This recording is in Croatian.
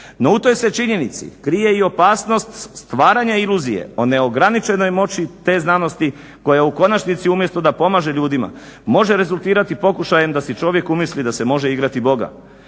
No, u toj se činjenici krije i opasnost stvaranja iluzije o neograničenoj moći te znanosti koja u konačnici umjesto da pomaže ljudima može rezultirati pokušajem da si čovjek umisli da se može igrati Boga,